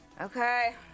Okay